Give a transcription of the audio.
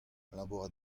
labourat